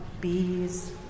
bees